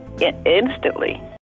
instantly